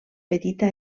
petita